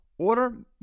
Order